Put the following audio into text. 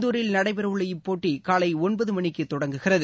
இந்தூரில் நடைபெற உள்ள இப்போட்டி காலை ஒன்பது மணிக்கு தொடங்குகிறது